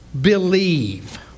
believe